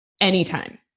Anytime